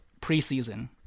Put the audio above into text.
preseason